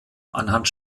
anhand